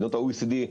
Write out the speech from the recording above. במדינות ה-OECD,